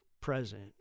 present